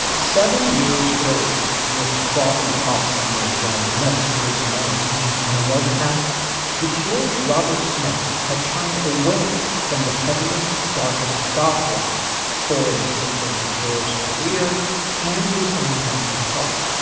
seven years earlier with frothy pop singles like let's go to bed and the love cats the cures robert smith had turned away from the heaviest darkest goth rock for the sake of the cure's career and his own mental health.